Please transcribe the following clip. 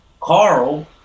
Carl